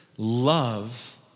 Love